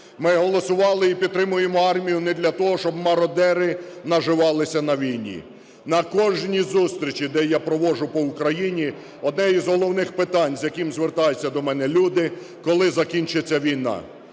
Ми голосували і підтримуємо армію не для того, щоб мародери наживалися на війні. На кожній зустрічі, де я проводжу по Україні, одне із головних питань, з яким звертаються до мене люди: коли закінчиться війна?